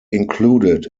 included